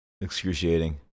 excruciating